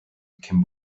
cyn